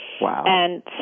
Wow